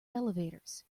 elevators